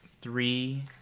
three